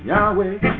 Yahweh